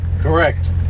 Correct